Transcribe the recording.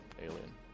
alien